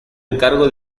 encargo